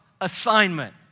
assignment